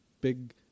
big